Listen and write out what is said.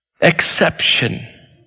exception